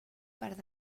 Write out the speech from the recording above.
part